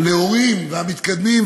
הנאורים והמתקדמים,